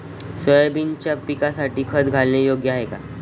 सोयाबीनच्या पिकासाठी खत घालणे योग्य आहे का?